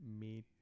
Meet